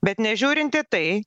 bet nežiūrint į tai